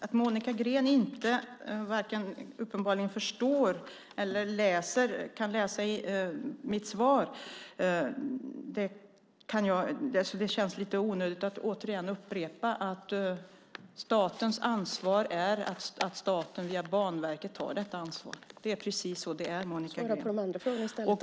Herr talman! Uppenbarligen varken förstår eller kan Monica Green läsa mitt svar. Det känns lite onödigt att upprepa att staten tar detta ansvar via Banverket. Det är precis så det är, Monica Green.